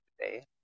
today